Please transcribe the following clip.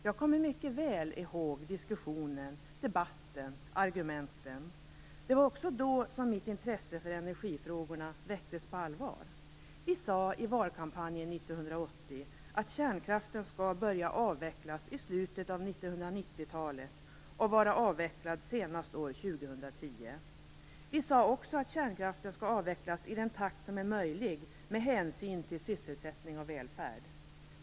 Jag kommer mycket väl ihåg diskussionen, debatten och argumenten. Det var då som mitt intresse för energifrågorna väcktes på allvar. Vi sade i valkampanjen 1980 att kärnkraften skall börja avvecklas i slutet av 1990-talet och vara avvecklad senast år 2010. Vi sade också att kärnkraften skall avvecklas i den takt som är möjlig med hänsyn till sysselsättning och välfärd.